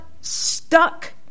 stuck